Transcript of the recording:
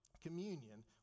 communion